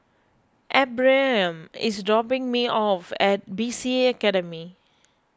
Ephriam is dropping me off at B C A Academy